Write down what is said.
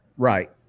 Right